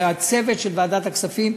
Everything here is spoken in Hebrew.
והצוות של ועדת הכספים,